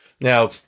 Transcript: Now